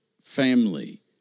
family